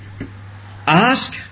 Ask